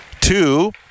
Two